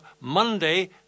Monday